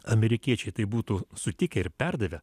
amerikiečiai tai būtų sutikę ir perdavę